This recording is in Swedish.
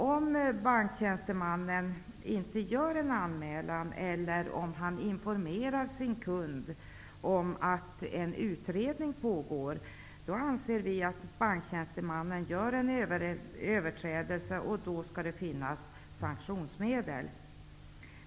Om banktjänstemannen inte gör en anmälan, eller om han informerar sin kund att en utredning pågår, anser vi att banktjänstemannen gör en överträdelse. Det skall då finnas sanktionsmedel.